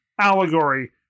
allegory